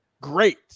Great